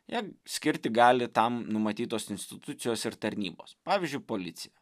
ją skirti gali tam numatytos institucijos ir tarnybos pavyzdžiui policija